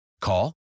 Call